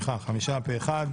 הצבעה אושר המיזוג אושר פה אחד.